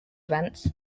events